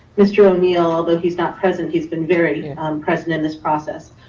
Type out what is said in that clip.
mr. o'neil, although he's not present, he's been very ah um present in this process,